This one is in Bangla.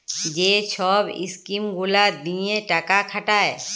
যে ছব ইস্কিম গুলা দিঁয়ে টাকা খাটায়